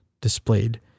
displayed